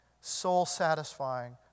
soul-satisfying